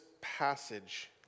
passage